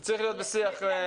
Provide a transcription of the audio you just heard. זה צריך להיות בשיח מתמיד.